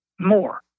more